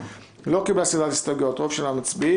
(2) לא קיבלה סדרת הסתייגויות רוב של המצביעים,